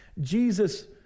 Jesus